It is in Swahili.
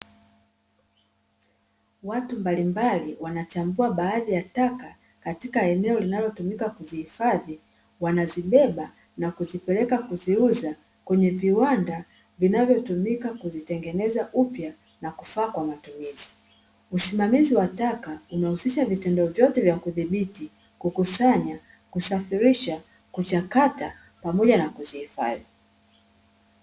Watu mbalimbali wanachambua baadhi ya taka katika eneo linalotumika kuzihifadhi wanazibeba na kuzipeleka kuziuza kwenye viwanda vinavyotumika kuzitengeneza upya na kufaa kwa matumizi, usimamizi wa taka unahusisha vitendo vyote vya kudhibiti, kukusanya na kusafirisha, kuchakata pamoja na kuzihifadhi.